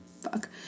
Fuck